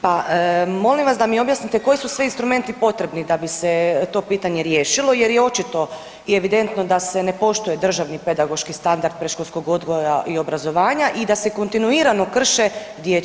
Pa molim vas da mi objasnite koji su sve instrumenti potrebni da bi se to pitanje riješilo jer je očito i evidentno da se ne poštuje državni pedagoški standard predškolskog odgoja i obrazovanja i da se kontinuirano krše dječja prava.